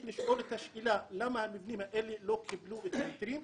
לשאול את השאלה למה המבנים האלה לא קיבלו את ההיתרים.